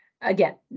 again